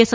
S